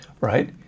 Right